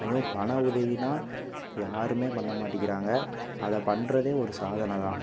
அதுவும் பண உதவினா யாருமே பண்ண மாட்டேங்கிறாங்க அதை பண்ணுறதே ஒரு சாதனை தான்